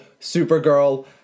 Supergirl